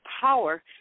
power